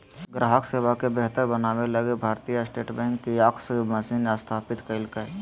ग्राहक सेवा के बेहतर बनाबे लगी Bharatiya state bank kiosk machine स्थापित कइल्कैय